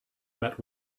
met